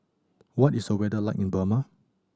what is the weather like in Burma